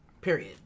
Period